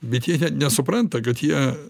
bet jie net nesupranta kad jie